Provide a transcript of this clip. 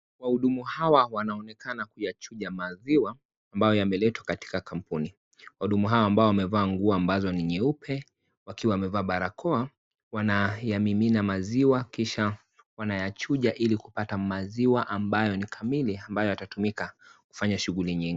Wahudumu hawa wanaonekana kuwachucha maziwa katika kampuni. Wanahudumu hawa ambao wamevaa nguo ambao ni nyeupe wakiwa wamevaa barakoa ,wanayamimina maziwa kisha wanachuja ili kupata maziwa ambayo yatatumika kufanya shughuli nyingi.